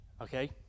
Okay